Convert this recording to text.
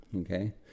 Okay